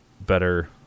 better